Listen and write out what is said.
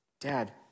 dad